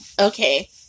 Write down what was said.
Okay